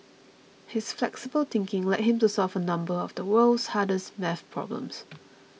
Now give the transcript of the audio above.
his flexible thinking led him to solve a number of the world's hardest math problems